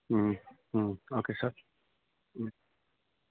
okay sir